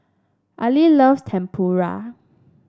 Eli loves Tempura